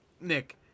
Nick